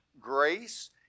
grace